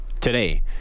today